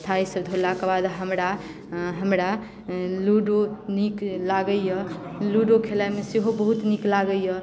थारीसभ धोलाक बाद हमरा हमरा लूडो नीक लागैए लूडो खेलाइमे सेहो बहुत नीक लागैए